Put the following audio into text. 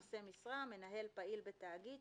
"נושא משרה" מנהל פעיל בתאגיד,